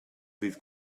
ddydd